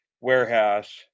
warehouse